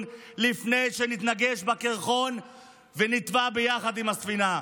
לפני שנתנגש בקרחון ונטבע ביחד עם הספינה.